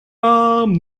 arm